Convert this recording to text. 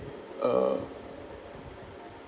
uh